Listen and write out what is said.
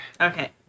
Okay